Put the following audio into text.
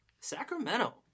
Sacramento